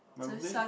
like was this